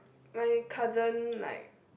my cousin like